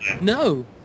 No